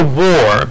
war